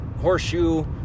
horseshoe